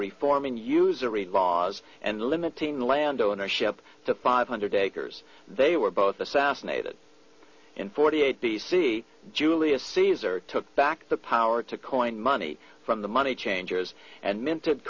reforming usury laws and limiting the land ownership to five hundred acres they were both assassinated in forty eight b c julius caesar took back the power to coin money from the money changers and minted